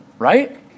Right